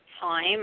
time